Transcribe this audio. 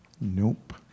Nope